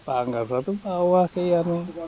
बांगालफ्राथ' बावा गैयामोन